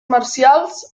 marcials